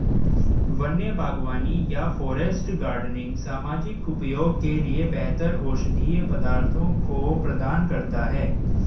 वन्य बागवानी या फॉरेस्ट गार्डनिंग सामाजिक उपयोग के लिए बेहतर औषधीय पदार्थों को प्रदान करता है